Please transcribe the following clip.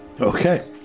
okay